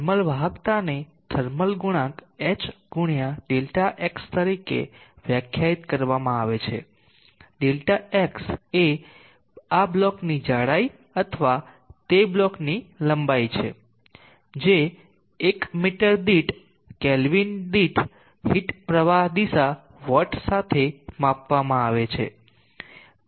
thermal વાહકતાને thermal ગુણાંક h ગુણ્યા Δx તરીકે વ્યાખ્યાયિત કરવામાં આવે છે Δx એ આ બ્લોકની જાડાઈ અથવા તે બ્લોકની લંબાઈ છે જે એક મીટર દીઠ કેલ્વિન દીઠ હીટ પ્રવાહ દિશા વોટ સાથે માપવામાં આવે છે